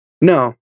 No